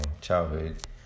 childhood